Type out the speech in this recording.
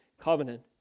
covenant